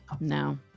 no